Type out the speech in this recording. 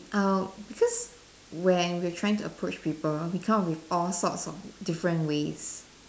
I because when we are trying to approach people we came up with all sorts of different ways